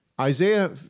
Isaiah